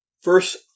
first